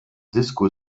disco